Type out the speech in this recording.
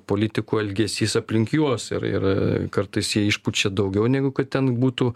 politikų elgesys aplink juos ir ir kartais jie išpučia daugiau negu kad ten būtų